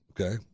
okay